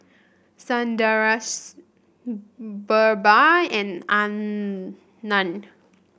Sundaraiah BirbaL and Anand